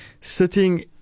sitting